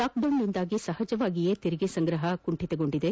ಲಾಕ್ಡೌನ್ನಿಂದಾಗಿ ಸಹಜವಾಗಿ ತೆರಿಗೆ ಸಂಗ್ರಪ ಕುಂಠಿತಗೊಂಡಿದೆ